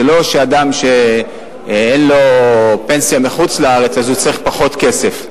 זה לא שאדם שאין לו פנסיה מחוץ-לארץ הוא צריך פחות כסף,